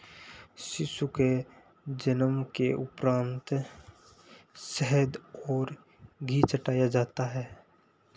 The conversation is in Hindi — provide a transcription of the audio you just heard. शिशु के जन्म के उपरान्त शहद और घी चटाया जता है